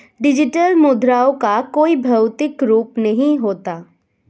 digital मुद्राओं का कोई भौतिक रूप नहीं होता